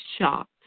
shocked